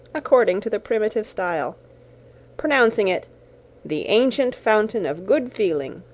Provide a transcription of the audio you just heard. according to the primitive style pronouncing it the ancient fountain of good feeling,